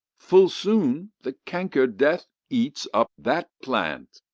full soon the canker death eats up that plant.